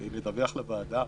לדווח לוועדה,